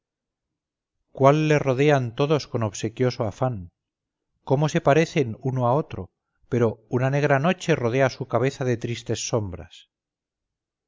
cuál le rodean todos con obsequioso afán cómo se parecen uno a otro pero una negra noche rodea su cabeza de tristes sombras